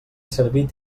servit